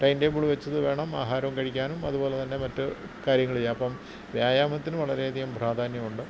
timetable വച്ചിട്ട് വേണം ആഹാരവും കഴിക്കാനും അതുപോലെ തന്നെ മറ്റ് കാര്യങ്ങൾ ചെയ്യാൻ അപ്പം വ്യായാമത്തിന് വളരെ അധികം പ്രാധാന്യമുണ്ട്